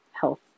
health